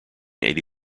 eighty